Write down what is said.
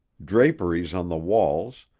draperies on the walls,